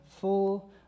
full